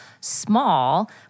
small